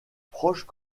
proches